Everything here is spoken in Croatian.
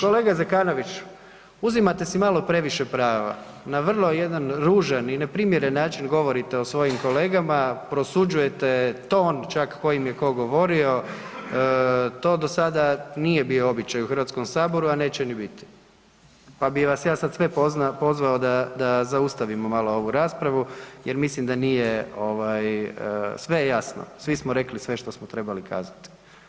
Kolega Zekanović, uzimate si malo previše prava na vrlo jedan ružan i neprimjeren način govorite o svojim kolegama, prosuđujete ton čak kojim je ko govorio, to do sada nije bio običaj u Hrvatskom saboru a neće ni biti pa bi vas ja sad sve pozvao da zaustavimo malo ovu raspravu jer mislim da nije, sve je jasno, svi smo rekli sve što smo trebali kazat.